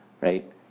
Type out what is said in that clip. Right